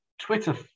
twitter